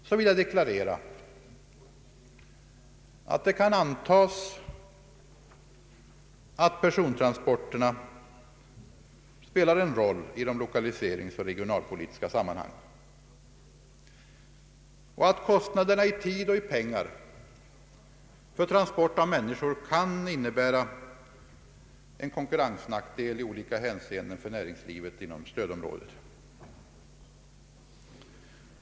Jag vill deklarera att det kan antas att persontrans porterna spelar en roll i de lokaliseringsoch regionalpolitiska sammanhangen. Kostnaderna i tid och i pengar för transport av människor kan innebära en konkurrensnackdel i olika hänseenden för näringslivet inom stödområdet.